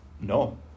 No